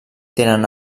tenen